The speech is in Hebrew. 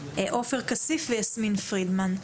עופר כסיף ויסמין פרידמן.